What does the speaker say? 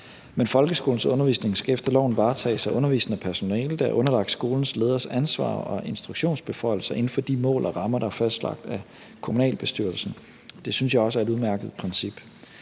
Men folkeskolens undervisning skal efter loven varetages af undervisende personale, der er underlagt skolens leders ansvar og instruktionsbeføjelser inden for de mål og rammer, der er fastlagt af kommunalbestyrelsen. Det synes jeg også er et udmærket princip.